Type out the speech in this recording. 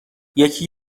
یکی